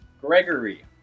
Gregory